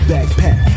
Backpack